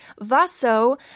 Vaso